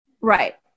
Right